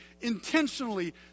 intentionally